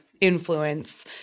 influence